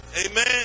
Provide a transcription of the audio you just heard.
Amen